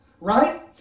Right